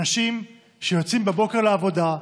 אנשים שיוצאים בבוקר לעבודה,